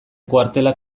kuartelak